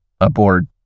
aboard